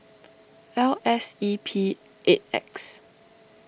L S E P eight X